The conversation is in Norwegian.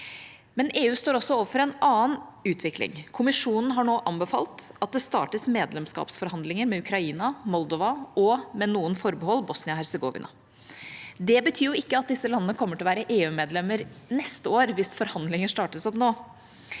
står EU også overfor en annen utvikling. Kommisjonen har nå anbefalt at det startes medlemskapsforhandlinger med Ukraina, Moldova og, med noen forbehold, Bosnia-Hercegovina. Det betyr ikke at disse landene kommer til å være EU-medlemmer neste år hvis forhandlinger startes opp nå,